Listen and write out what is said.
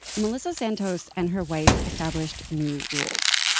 melissa santos and her wife established new rules.